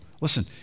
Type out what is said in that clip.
Listen